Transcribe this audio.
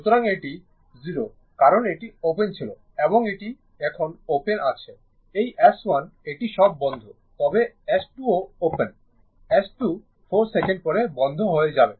সুতরাং এটি 0 কারণ এটি ওপেন ছিল এবং এটি এখন ওপেন আছে এই S1 এটি সব বন্ধ তবে S2 ও ওপেন S2 4 সেকেন্ড পরে বন্ধ হয়ে যাবে